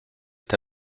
est